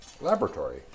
Laboratory